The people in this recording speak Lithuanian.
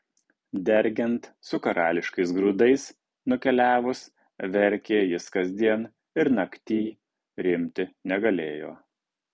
dergiant su karališkais grūdais nukeliavus verkė jis kasdien ir naktyj rimti negalėjo